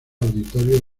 auditorio